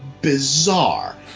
bizarre